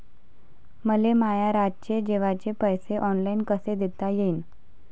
मले माया रातचे जेवाचे पैसे ऑनलाईन कसे देता येईन?